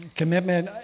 commitment